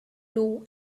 low